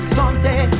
Someday